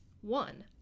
One